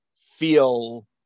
feel